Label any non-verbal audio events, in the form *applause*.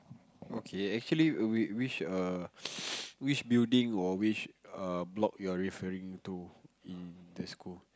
okay actually we which err *noise* which building or which err block you're referring to in the school